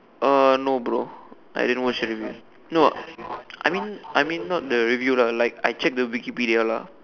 uh no bro I didn't watch the review no I mean I mean not the review lah like I check the Wikipedia lah